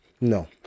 No